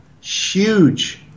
huge